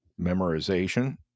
memorization